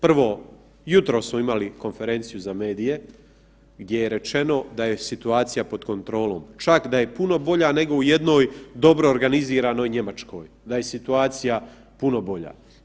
Prvo, jutros smo imali konferenciju za medije gdje je rečeno da je situacija pod kontrolom, čak da je puno bolja nego u jednoj dobro organiziranoj Njemačkoj, da je situacija puno bolja.